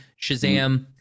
Shazam